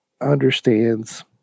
understands